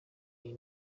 iyi